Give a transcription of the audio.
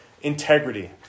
integrity